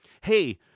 hey